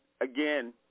again